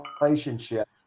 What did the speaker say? relationship